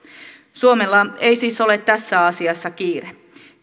suomella ei siis ole tässä asiassa kiire